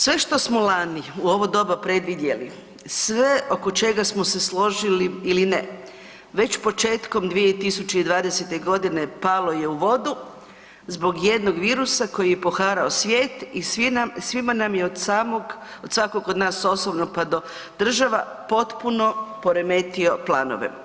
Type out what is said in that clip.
Sve što smo lani u ovo doba predvidjeli, sve oko čega smo se složili ili ne, već početkom 2020. godine palo je u vodu zbog jednog virusa koji je poharao svijet i svima nam je od svakog nas osobno pa do država potpuno poremetio planove.